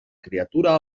criatura